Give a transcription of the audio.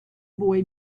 boy